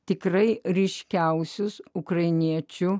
tikrai ryškiausius ukrainiečių